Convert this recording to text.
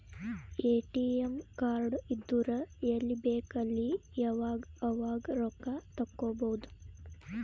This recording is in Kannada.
ಎ.ಟಿ.ಎಮ್ ಕಾರ್ಡ್ ಇದ್ದುರ್ ಎಲ್ಲಿ ಬೇಕ್ ಅಲ್ಲಿ ಯಾವಾಗ್ ಅವಾಗ್ ರೊಕ್ಕಾ ತೆಕ್ಕೋಭೌದು